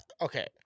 Okay